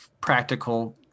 practical